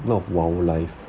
a lot of wildlife